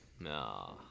No